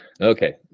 okay